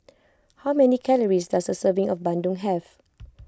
how many calories does a serving of Bandung have